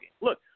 Look